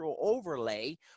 overlay